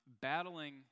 battling